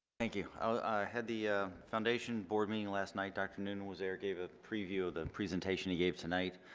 thank you. i had the foundation board meeting last night. dr. noonan was there, gave a preview of the presentation he gave tonight.